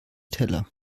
teller